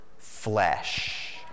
Flesh